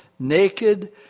naked